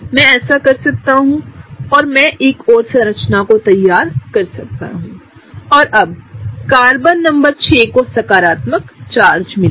मैं ऐसा कर सकता हूं मैं एक और संरचना तैयार कर सकता हूं और अब कार्बन नंबर 6 को सकारात्मक चार्ज मिलेगा